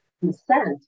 consent